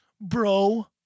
Bro